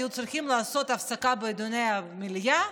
היו צריכים לעשות הפסקה בדיוני המליאה,